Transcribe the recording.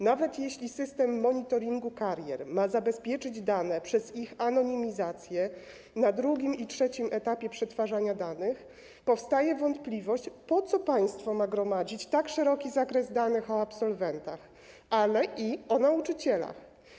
Nawet jeśli system monitoringu karier ma zabezpieczyć dane przez ich anonimizację na drugim i trzecim etapie przetwarzania danych, powstaje wątpliwość, po co państwo ma gromadzić tak szeroki zakres danych o absolwentach, ale i o nauczycielach.